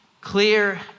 Clear